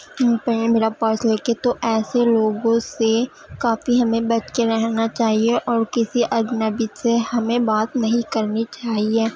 ان پہ میرا پرس لے کے تو ایسے لوگوں سے کافی ہمیں بچ کے رہنا چاہیے اور کسی اجنبی سے ہمیں بات نہیں کرنی چاہیے